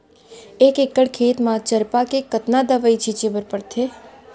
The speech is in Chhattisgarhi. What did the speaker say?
एक एकड़ खेत म चरपा के कतना दवई छिंचे बर पड़थे?